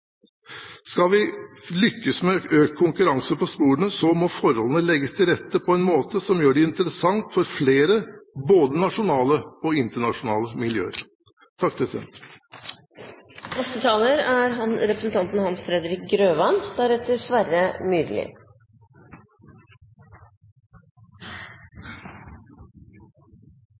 Skal vi lykkes med økt konkurranse på sporene, må forholdene legges til rette på en måte som gjør det interessant for flere – både nasjonale og internasjonale miljøer. Kristelig Folkepartis syn på jernbanen og NSBs situasjon for framtiden er